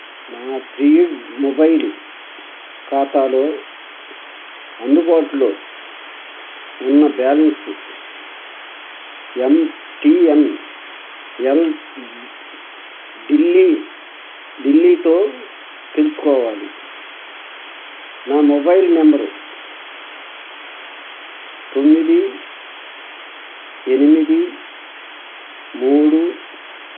mobile ఖాతాలో అందుబాటులో ఉన్న బ్యాలెన్సు ఎన్టీఎన్ఎల్ ఢిల్లీ ఢిల్లీతో తెలుసుకోవాలి నా మొబైల్ నెంబరు తొమ్మిది ఎనిమిది మూడు